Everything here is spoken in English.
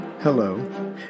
Hello